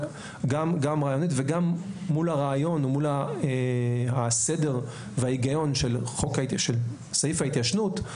גם רעיונית וגם מול הרעיון או מול הסדר וההיגיון של סעיף ההתיישנות,